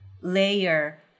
layer